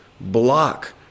block